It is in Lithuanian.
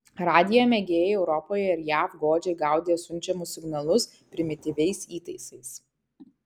radijo mėgėjai europoje ir jav godžiai gaudė siunčiamus signalus primityviais įtaisais